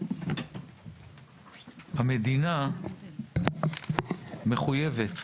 המדינה מחויבת